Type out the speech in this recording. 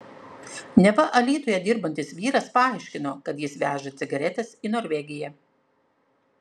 neva alytuje dirbantis vyras paaiškino kad jis veža cigaretes į norvegiją